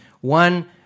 One